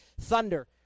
thunder